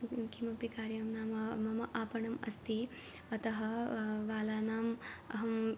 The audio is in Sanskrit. किमपि कार्यं नाम मम आपणम् अस्ति अतः बालानाम् अहं